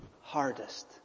hardest